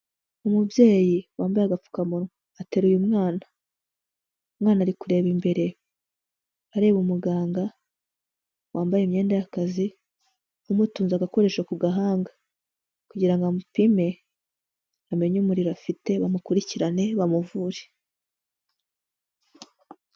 Umubyeyi wambaye agapfukamunwa ateruye umwana, umwana ari kureba imbere, areba umuganga wambaye imyenda y'akazi, umutunze agakoresho ku gahanga kugira ngo amupime amenye umuriro afite bamukurikirane bamuvure.